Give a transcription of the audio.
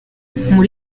muri